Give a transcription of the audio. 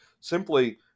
simply